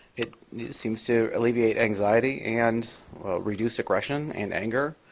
it seems to alleviate anxiety and reduce aggression and anger,